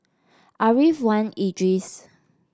Ariff Wan Idris